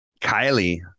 Kylie